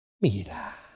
mira